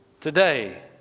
today